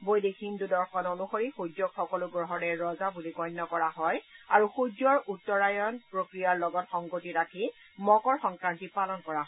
বৈদিক হিন্দু দৰ্শন অনুসৰি সূৰ্যক সকলো গ্ৰহৰে ৰজা বুলি গণ্য কৰা হয় আৰু সূৰ্যৰ উত্তৰায়ণ প্ৰক্ৰিয়াৰ লগত সংগতি ৰাখি মকৰ সংক্ৰান্তি পালন কৰা হয়